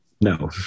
no